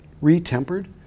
re-tempered